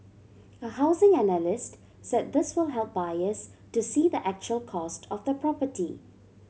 a housing analyst say this will help buyers to see the actual cost of the property